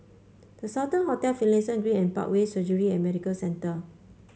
The Sultan Hotel Finlayson Green and Parkway Surgery and Medical Centre